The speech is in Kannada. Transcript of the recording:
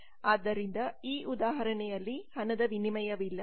ಆದ್ದರಿಂದ ಈ ಉದಾಹರಣೆಯಲ್ಲಿ ಹಣದ ವಿನಿಮಯವಿಲ್ಲ